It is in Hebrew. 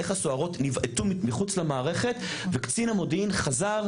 איך הסוהרות הוצאו מחוץ למערכת וקצין המודיעין חזר,